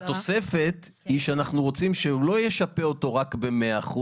התוספת היא שאנחנו רוצים שהוא לא ישפה אותו רק ב-100%,